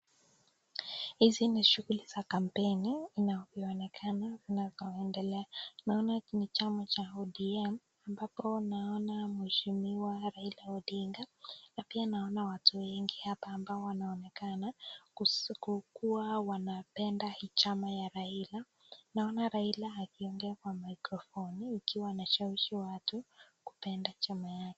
Hizi ni shughuli za kampeni, inavyoonekana endelea. Naona ni chama cha ODM , ambapo naona mweshimiwa Raila Odinga . Na pia naona watu wenge hapa ambao wanaonekana kukuwa wanapenda hii chama ya Raila . Naona Raila akiongea kwa microfoni ikiwa anashawishi watu kupenda chama yake.